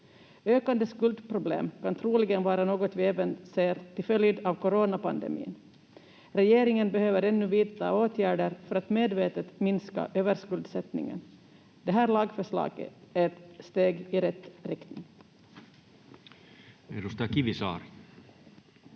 Ökande skuldproblem kan troligen vara något vi även ser till följd av coronapandemin. Regeringen behöver ännu vidta åtgärder för att medvetet minska överskuldsättningen. Det här lagförslaget är ett steg i rätt riktning. [Speech 112]